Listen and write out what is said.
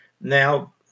Now